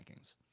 rankings